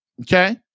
Okay